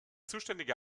zuständige